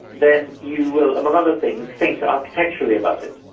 then you will, among other things, think architecturally about it.